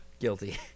guilty